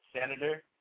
senator